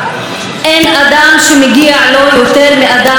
אין אדם שמגיע לו יותר מאדם אחר.